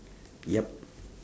yup